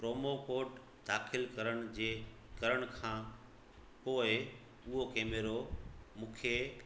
promo code दाख़िल करण जे करण खां पोए उहो कैमरो मूंखे